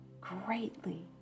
greatly